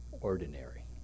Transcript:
ordinary